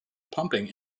pumping